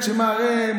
שמראה,